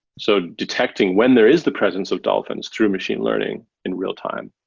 so detecting when there is the presence of dolphins through a machine learning in real-time,